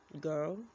girl